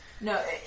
No